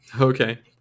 Okay